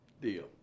Deal